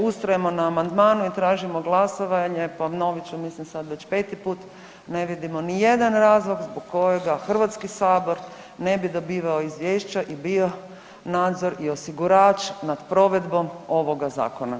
Ustrajemo na amandmanu i tražimo glasovanje, ponovit ću, mislim sad već 5. put, ne vidimo nijedan razlog zbog kojega HS ne bi dobivao izvješće i bio nadzor i osigurač nad provedbom ovoga Zakona.